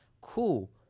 Cool